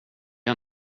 jag